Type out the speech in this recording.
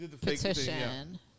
petition